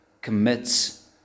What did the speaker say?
commits